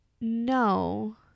no